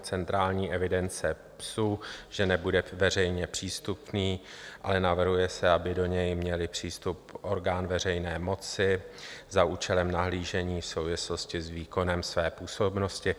Centrální evidence psů, že nebude veřejně přístupný, ale navrhuje se, aby do něj měl přístup orgán veřejné moci za účelem nahlížení v souvislosti s výkonem své působnosti.